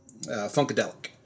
Funkadelic